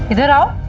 that um